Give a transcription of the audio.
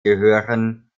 gehören